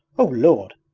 o lord!